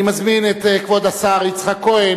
אני מזמין את כבוד השר יצחק כהן,